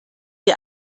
ihr